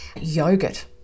Yogurt